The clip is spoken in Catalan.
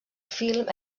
film